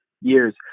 years